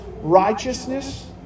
righteousness